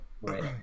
Wait